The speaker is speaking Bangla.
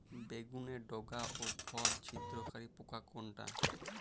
বেগুনের ডগা ও ফল ছিদ্রকারী পোকা কোনটা?